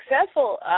successful